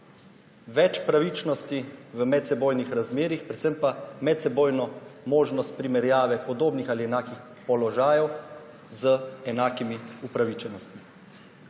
več pravičnosti v medsebojnih razmerjih, predvsem pa medsebojno možnost primerjave podobnih ali enakih položajev z enakimi upravičenostmi.